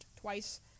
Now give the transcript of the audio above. twice